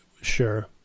Sure